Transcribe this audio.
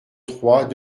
trois